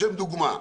לשם דוגמה,